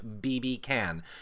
bbcan